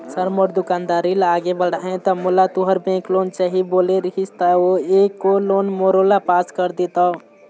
Sir मोर दुकानदारी ला आगे बढ़ाना हे ता मोला तुंहर बैंक लोन चाही बोले रीहिस ता एको लोन मोरोला पास कर देतव?